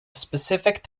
specific